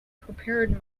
prepared